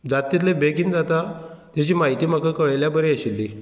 जात तितले बेगीन जाता तेजी म्हायती म्हाका कळयल्या बरी आशिल्ली